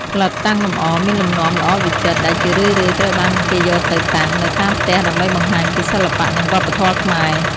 ផ្លិតតាំងលម្អមានលំនាំល្អវិចិត្រ ដែលជារឿយៗត្រូវបានគេយកទៅតាំងនៅតាមផ្ទះដើម្បីបង្ហាញពីសិល្បៈនិងវប្បធម៌ខ្មែរ។